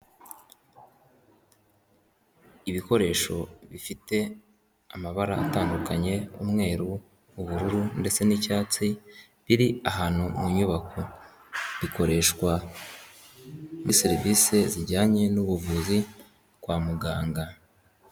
Ibikoresho bifite amabara atandukanye ;umweru, ubururu ,ndetse n'icyatsi biri ahantu mu nyubako ,bikoreshwa muri serivisi zijyanye n'ubuvuzi kwa muganga.